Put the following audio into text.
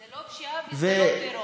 זה לא פשיעה וזה לא טרור.